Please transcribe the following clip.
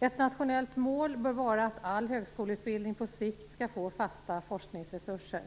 Ett nationellt mål bör vara att all högskoleutbildning på sikt skall få fasta forskningsresurser.